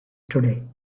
today